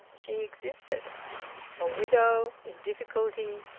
she existed a widow, in difficulty,